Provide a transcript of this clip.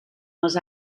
les